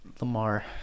Lamar